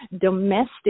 domestic